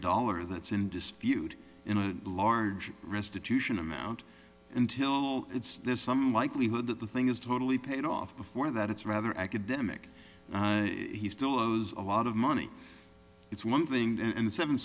dollar that's in dispute in a large restitution amount until it's there's some likelihood that the thing is totally paid off before that it's rather academic and he still owes a lot of money it's one thing and the seven